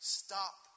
stop